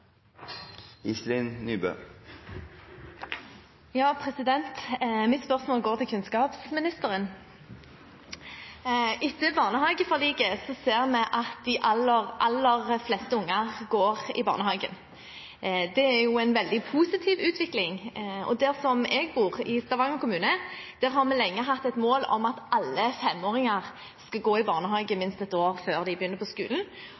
kunnskapsministeren. Etter barnehageforliket ser vi at de aller, aller fleste unger går i barnehage. Det er en veldig positiv utvikling. Der jeg bor, i Stavanger kommune, har vi lenge hatt et mål om at alle 5-åringer skal gå i barnehage i minst ett år før de begynner på skolen.